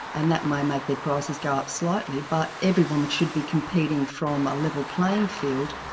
and that may make their prices go up slightly, but everyone should be competing from a level playing field.